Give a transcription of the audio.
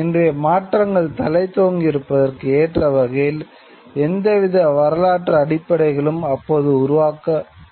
இன்றைய மாற்றங்கள் தழைத்தோங்கி இருப்பதற்கு ஏற்ற வகையில் எந்தவித வரலாற்று அடிப்படைகளும் அப்போது உருவாக்கப்படவில்லை